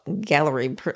gallery